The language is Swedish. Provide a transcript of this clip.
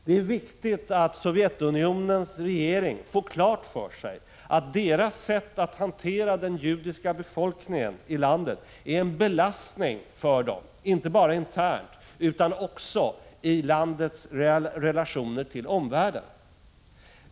Det är angeläget att Sovjetunionens regering får klart för sig att dess sätt att hantera den judiska befolkningen i landet är en belastning för regeringen, inte bara internt utan också i landets relationer till omvärlden.